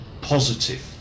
positive